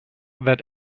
that